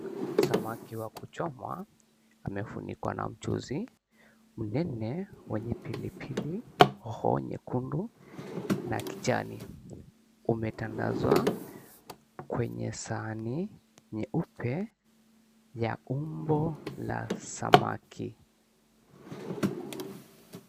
Samaki wa kuchomwa wamefinikwa na mchuzi mnene wenye pilipili hoho nyekundu na kijani, umetandazwa kwenye sahani nyeupe ya umbo la samaki.